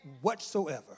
whatsoever